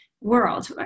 world